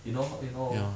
you know you know